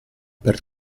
per